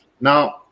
Now